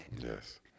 Yes